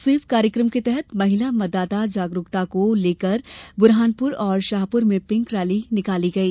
SVEEP कार्यक्रम के तहत महिला मतदाता जागरूकता को लेकर बुरहानपुर और शाहपुर में पिंक रैली निकाली गई